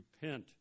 repent